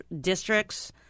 Districts